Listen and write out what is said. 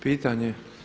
Pitanje?